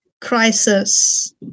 crisis